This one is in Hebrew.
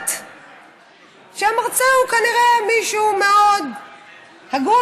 יודעת שהמרצה הוא כנראה מישהו מאוד הגון,